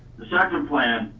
the second plan,